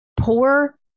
Poor